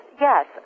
yes